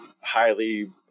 highly